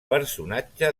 personatge